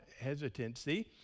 hesitancy